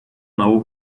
know